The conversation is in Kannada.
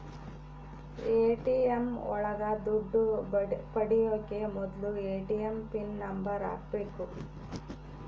ಎ.ಟಿ.ಎಂ ಒಳಗ ದುಡ್ಡು ಪಡಿಯೋಕೆ ಮೊದ್ಲು ಎ.ಟಿ.ಎಂ ಪಿನ್ ನಂಬರ್ ಹಾಕ್ಬೇಕು